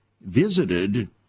visited